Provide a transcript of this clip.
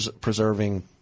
preserving